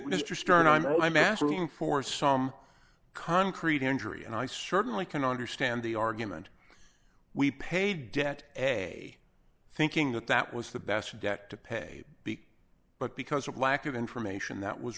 mr stern i'm asking for some concrete injury and i certainly can understand the argument we pay debt a thinking that that was the best debt to pay big but because of lack of information that was